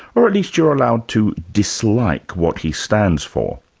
or at least you're allowed to dislike what he stands for.